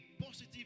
positive